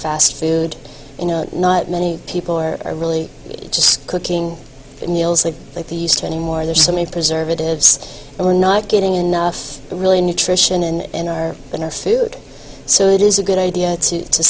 fast food you know not many people or are really just cooking meals they like they used to anymore there's so many preservatives and we're not getting enough really nutrition in our food so it is a good idea to